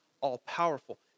all-powerful